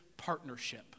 partnership